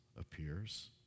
appears